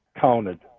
counted